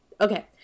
Okay